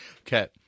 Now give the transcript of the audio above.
Okay